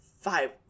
five